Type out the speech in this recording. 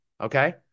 Okay